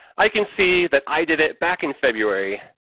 i can see that i did it back in february,